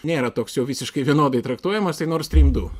nėra toks jau visiškai vienodai traktuojamas tai nord stream du